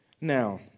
now